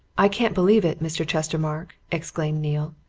i can't believe it, mr. chestermarke! exclaimed neale.